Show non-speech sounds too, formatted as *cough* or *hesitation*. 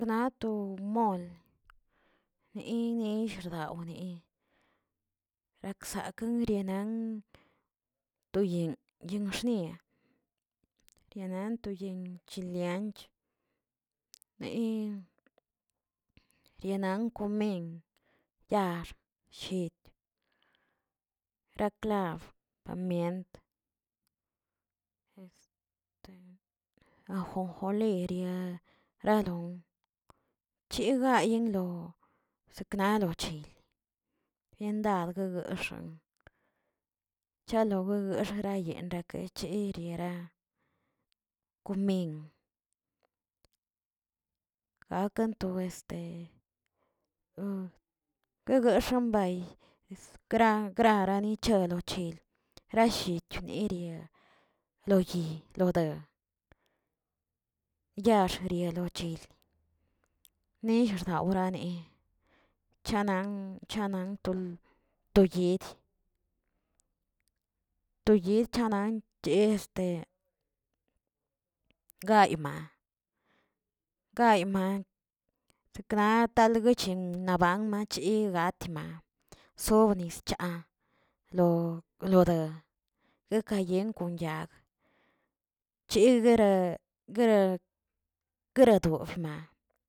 Na to mol niniexdaw' rakzakeng nan to yinꞌ noxnia yenan to yinꞌ chile anch, niya rienankw komin yaax llit ra klab, pamient, este ajonjoliria radon, chigayi lon seknalo chi, biendsad gueguexan chalonguexayeran keche riera komin, gakntoꞌ este peguexan bay eskra kragarani nichelo chil rashi nijeria lo yi, lo daa, yaax chelochil nixxdawrani chanan- chanan tol to yed to yed chanan *hesitation* gayma- gayma sekna telekochen naban mache gatimaa sob nis chaa lo lodo guekayengoo chigueraa guera gueradofni.